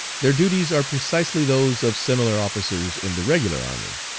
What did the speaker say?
their duties are precisely those of similar officers in the regular army.